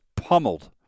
pummeled